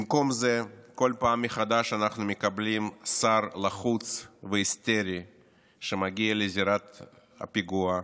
במקום זה בכל פעם מחדש אנחנו מקבלים שר לחוץ והיסטרי שמגיע לזירת פיגוע,